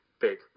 big